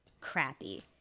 crappy